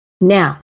Now